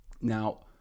Now